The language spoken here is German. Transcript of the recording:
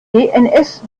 dns